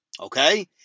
okay